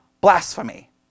blasphemy